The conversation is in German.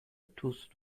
tust